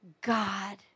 God